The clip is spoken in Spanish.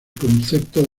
concepto